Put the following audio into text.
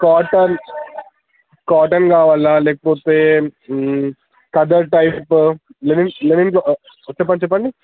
cotton cotton కావాలా లేకపోతే khaddar type linen linen చెప్పండి చెప్పండి